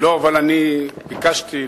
בבקשה.